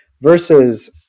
Versus